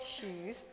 shoes